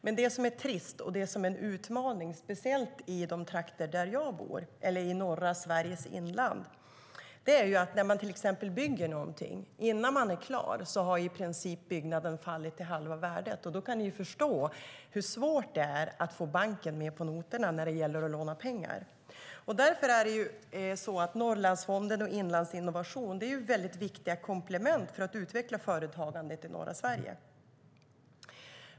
Men det som är trist och som är en utmaning, speciellt i de trakter där jag bor och i norra Sveriges inland, är att när man till exempel bygger någonting har byggnaden i princip förlorat halva värdet innan den är klar. Då kan ni förstå hur svårt det är få banken med på noterna när det gäller att låna pengar. Därför är Norrlandsfonden och Inlandsinnovation mycket viktiga komplement för att utveckla företagandet i norra Sverige.